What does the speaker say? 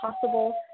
possible